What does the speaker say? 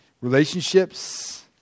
relationships